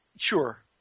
Sure